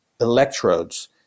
electrodes